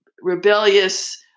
rebellious